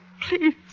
Please